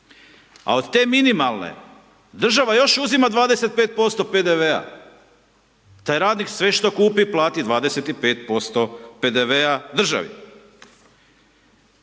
A od te minimalne, država još uzima 25% PDV-a, taj radnik sve što kupi, plati 25% PDV-a državi.